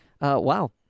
Wow